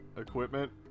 equipment